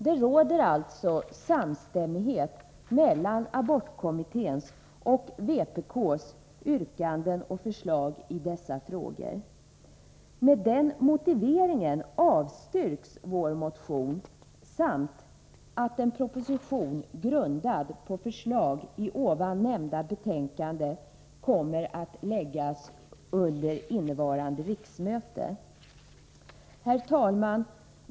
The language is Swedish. Det råder alltså samstämmighet mellan abortkommitténs och vpk:s yrkanden och förslag i dessa frågor. Med den motiveringen avstyrks vår motion samt med motiveringen att en proposition grundad på förslag i abortkommitténs betänkande kommer att läggas fram under innevarande riksmöte. Herr talman!